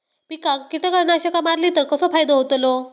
पिकांक कीटकनाशका मारली तर कसो फायदो होतलो?